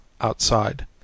outside